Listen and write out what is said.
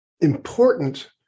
important